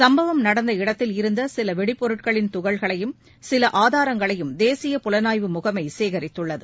சம்பவம் நடந்த இடத்திலிருந்த சில வெடிப்பொருட்களின் துகள்களையும் சில ஆதாரங்களையும் தேசிய புலனாய்வு முகமை சேகித்துள்ளது